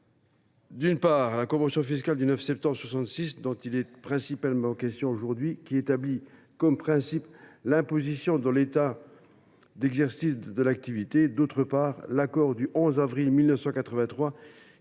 est la convention fiscale du 9 septembre 1966, dont il est principalement question aujourd’hui, qui établit comme principe l’imposition dans l’État d’exercice de l’activité. Le second est l’accord du 11 avril 1983,